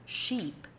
sheep，